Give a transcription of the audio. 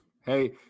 Hey